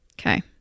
Okay